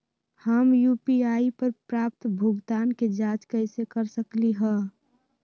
हम यू.पी.आई पर प्राप्त भुगतान के जाँच कैसे कर सकली ह?